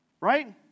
right